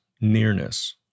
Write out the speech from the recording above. nearness